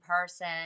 person